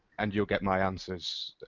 and you'll get my answers